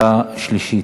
בקריאה שלישית.